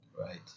Right